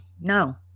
no